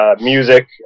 music